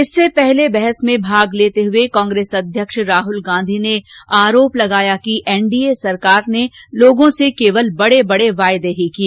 इससे पहले बहस में भाग लेते हुए कांग्रेस अध्यक्ष राहल गांधी ने आरोप लगाया कि एनडीए सरकार ने लोगों से केवल बड़े बड़े वायदे ही किए